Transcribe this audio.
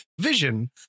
vision